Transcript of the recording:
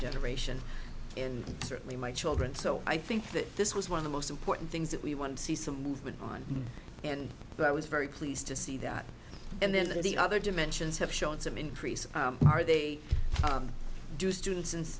generation in certainly my children so i think that this was one of the most important things that we wanted to see some movement on and i was very pleased to see that and then the other dimensions have shown some increase are they do students and